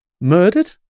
murdered